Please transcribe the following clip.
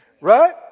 Right